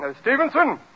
Stevenson